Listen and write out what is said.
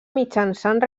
mitjançant